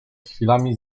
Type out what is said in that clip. chwilami